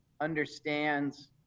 understands